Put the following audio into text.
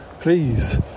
Please